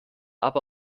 aber